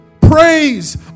praise